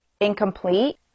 incomplete